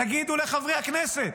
תגידו לחברי הכנסת,